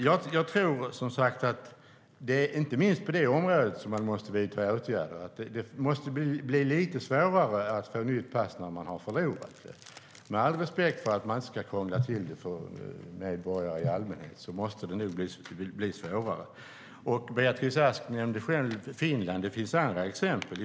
Inte minst är det på detta område man måste vidta åtgärder: Det måste bli lite svårare att få nytt pass om man har förlorat det. Med all respekt för att man inte ska krångla till det för medborgare i allmänhet måste det nog bli svårare. Beatrice Ask nämnde själv Finland. Det finns andra exempel.